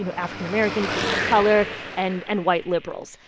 you know, african-american, people of color and and white liberals.